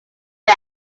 met